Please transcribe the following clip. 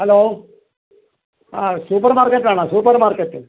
hello ആ supermarket ആണോ supermarket